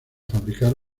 fabricar